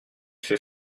fait